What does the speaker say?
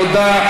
תודה.